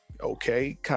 okay